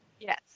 Yes